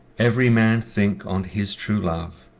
every man think on his true love,